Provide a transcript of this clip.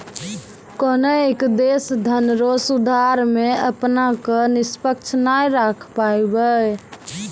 कोनय एक देश धनरो सुधार मे अपना क निष्पक्ष नाय राखै पाबै